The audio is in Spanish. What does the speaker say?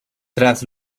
tras